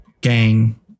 gang